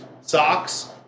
socks